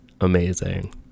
amazing